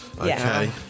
Okay